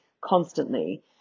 constantly